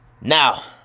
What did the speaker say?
Now